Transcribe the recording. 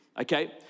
Okay